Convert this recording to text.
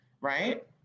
right